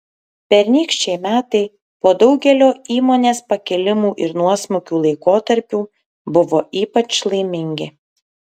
pernykščiai metai po daugelio įmonės pakilimų ir nuosmukių laikotarpių buvo ypač laimingi